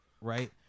Right